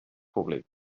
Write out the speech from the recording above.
públics